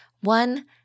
One